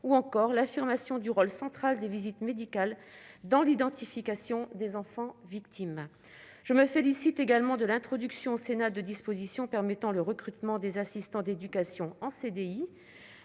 ou encore l'affirmation du rôle central des visites médicales dans l'identification des enfants victimes. Je me félicite également de l'introduction au Sénat de dispositions permettant le recrutement des assistants d'éducation en